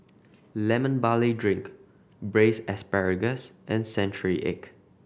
Lemon Barley Drink Braised Asparagus and century egg